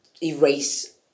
erase